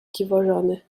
dziwożony